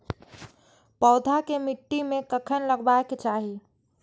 पौधा के मिट्टी में कखेन लगबाके चाहि?